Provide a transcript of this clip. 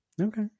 Okay